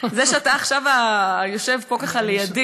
זה שאתה יושב פה לידי,